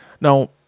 now